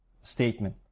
statement